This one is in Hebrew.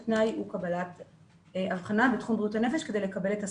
התנאי הוא הבחנה בתחום בריאות הנפש כדי לקבל את הסל.